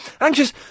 Anxious